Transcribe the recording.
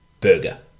burger